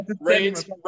Rain's